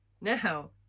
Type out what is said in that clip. now